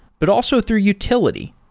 but also through utility.